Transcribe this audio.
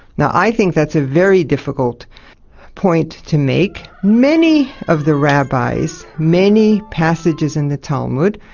now, i think that's a very difficult point to make. many of the rabbis, many passages in the talmud,